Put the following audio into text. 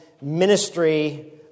ministry